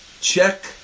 check